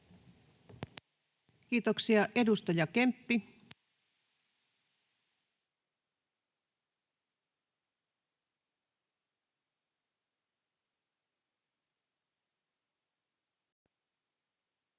Kiitoksia. — Edustaja Kemppi. Arvoisa